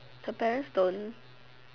her parents don't